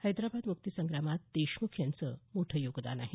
हैदराबाद मुक्तिसंग्रामात देशमुख यांचं मोठं योगदान आहे